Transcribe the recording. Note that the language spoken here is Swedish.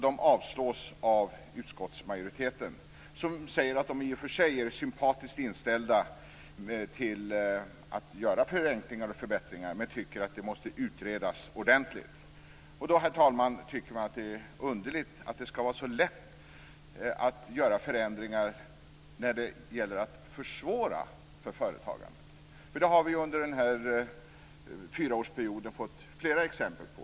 De avstyrks av utskottsmajoriteten, som säger att den i och för sig är sympatiskt inställd till att göra förenklingar och förbättringar men tycker att det måste utredas ordentligt. Herr talman! Man tycker att det är underligt att det skall vara så lätt att göra förändringar när det gäller att försvåra för företagandet. Det har vi under denna fyraårsperioden fått flera exempel på.